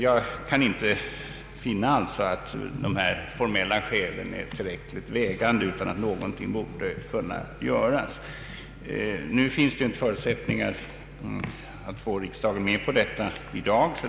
Jag kan alltså inte finna att de formella skälen är tillräckligt vägande utan anser att någonting borde kunna göras. Nu finns det inte förutsättningar att få riksdagen med på det i dag.